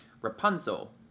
Rapunzel